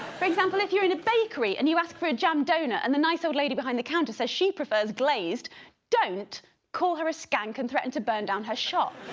for example if you're in a bakery and you ask for a jam donut and the nice old lady behind the counter says she prefers glazed don't call her a skank and threatened to burn down her shop